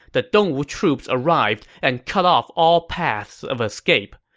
the dongwu troops arrived and cut off all paths of escape.